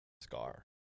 Scar